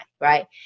right